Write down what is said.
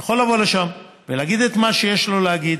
יכול לבוא לשם ולהגיד את מה שיש לו להגיד